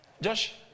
Josh